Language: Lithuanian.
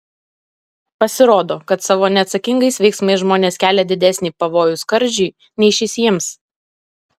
pasirodo kad savo neatsakingais veiksmais žmonės kelia didesnį pavojų skardžiui nei šis jiems